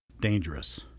dangerous